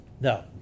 no